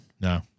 No